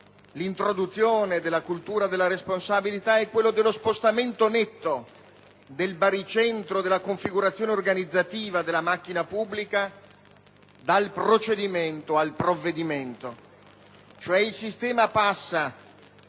l'introduzione della cultura della responsabilità è quello dello spostamento netto del baricentro della configurazione organizzativa della macchina pubblica dal procedimento al provvedimento, cioè il sistema passa